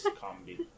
comedy